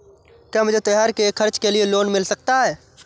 क्या मुझे त्योहार के खर्च के लिए लोन मिल सकता है?